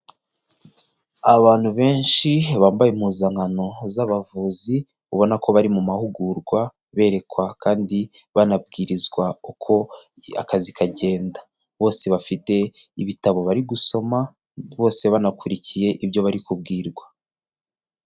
Abantu benshi bambaye impuzankano z'abavuzi ubona ko bari mu mahugurwa berekwa kandi banabwirizwa uko akazi kagenda bose bafite ibitabo bari gusoma bose banakurikiye ibyo bari kubwirwa.